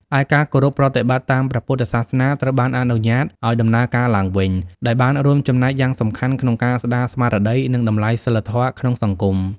ឯ ការគោរពប្រតិបត្តិតាមព្រះពុទ្ធសាសនាត្រូវបានអនុញ្ញាតឱ្យដំណើរការឡើងវិញ ដែលបានរួមចំណែកយ៉ាងសំខាន់ក្នុងការស្ដារស្មារតី និងតម្លៃសីលធម៌ក្នុងសង្គម។